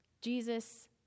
Jesus